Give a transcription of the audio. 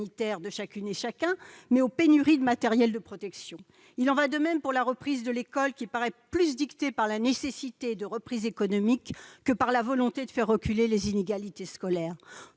de chacune et de chacun, mais aux pénuries de matériel de protection ! Il en est de même pour la reprise de l'école, qui paraît plus dictée par la nécessité de reprise économique que par la volonté de faire reculer les inégalités scolaires.